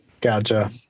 Gotcha